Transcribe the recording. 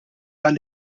għall